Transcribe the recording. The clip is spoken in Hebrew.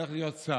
הולך להיות שר.